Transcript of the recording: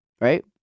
Right